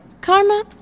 Karma